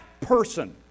person